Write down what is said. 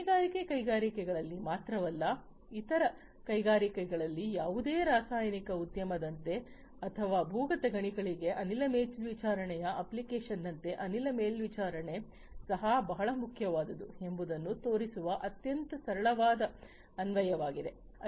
ಗಣಿಗಾರಿಕೆ ಕೈಗಾರಿಕೆಗಳಲ್ಲಿ ಮಾತ್ರವಲ್ಲ ಇತರ ಕೈಗಾರಿಕೆಗಳಲ್ಲಿ ಯಾವುದೇ ರಾಸಾಯನಿಕ ಉದ್ಯಮದಂತೆ ಅಥವಾ ಭೂಗತ ಗಣಿಗಳಿಗೆ ಅನಿಲ ಮೇಲ್ವಿಚಾರಣೆಯ ಅಪ್ಲಿಕೇಶನ್ನಂತೆ ಅನಿಲ ಮೇಲ್ವಿಚಾರಣೆ ಸಹ ಬಹಳ ಮುಖ್ಯವಾದುದು ಎಂಬುದನ್ನು ತೋರಿಸುವ ಅತ್ಯಂತ ಸರಳವಾದ ಅನ್ವಯವಾಗಿದೆ